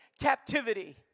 captivity